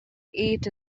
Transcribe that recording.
ate